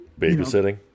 Babysitting